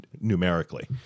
numerically